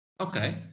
Okay